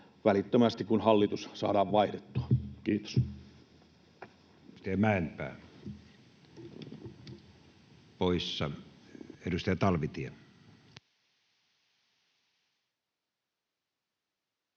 välittömästi, kun hallitus saadaan vaihdettua. — Kiitos.